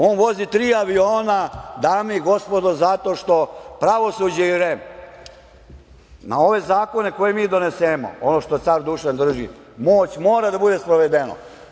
On vozi tri aviona, dame i gospodo, zato što pravosuđe i REM na ove zakone koje mi donesemo, ono što car Dušan drži – moć mora da bude sprovedena.